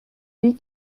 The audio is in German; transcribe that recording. wie